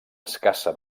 escassa